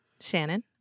Shannon